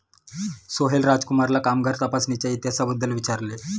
सोहेल राजकुमारला कामगार तपासणीच्या इतिहासाबद्दल विचारले